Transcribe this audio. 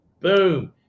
Boom